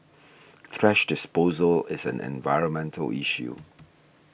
thrash disposal is an environmental issue